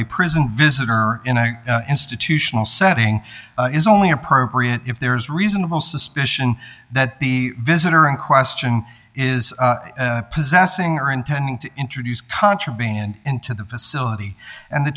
a prison visitor or in an institutional setting is only appropriate if there is reasonable suspicion that the visitor in question is possessing or intending to introduce contraband into the facility and the